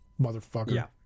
Motherfucker